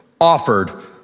offered